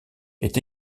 est